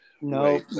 No